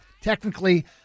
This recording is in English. technically